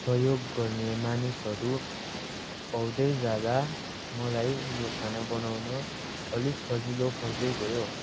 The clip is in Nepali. सहयोग गर्ने मानिसहरू आउँदै जाँदा मलाई यो खाना बनाउन अलिक सजिलो पर्दै गयो